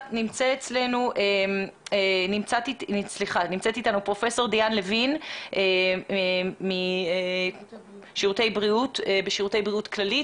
נמצאת אתנו פרופסור דיאן לוין משירותי בריאות כללית.